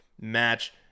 match